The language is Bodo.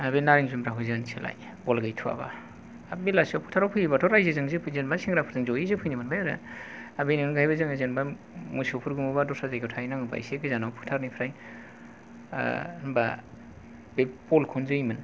आरो बे नारें जुम्ब्राखौ जोनोसैलाय बल गैथ'वाबा बेलासियाव फोथाराव फैयोब्लाथ' रायजोजों जेनेबा सेंग्राफोरजों जयै जोफैनो मोनबाय आरो बेनि अनगायैबो जोङो जेनेबा मोसौफोर गुमोब्ला दस्रा जायगायाव थाहैनाङोबा ऐसे गोजानाव फोथारनिफ्राय होनबा बे बल खौनो जोयोमोन